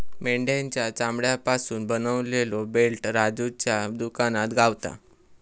मेंढ्याच्या चामड्यापासून बनवलेलो बेल्ट राजूच्या दुकानात गावता